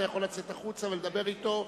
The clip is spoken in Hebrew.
אתה יכול לצאת החוצה ולדבר אתו,